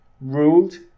ruled